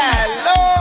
Hello